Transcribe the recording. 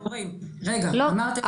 רגע -- לא,